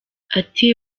ati